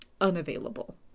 unavailable